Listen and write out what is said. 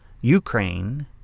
Ukraine